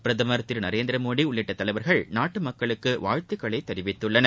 பிரதமர் திரு நரேந்திரமோடி உள்ளிட்ட தலைவர்கள் நாட்டு மக்களுக்கு வாழ்த்துக்களை தெரிவித்துள்ளனர்